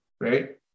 right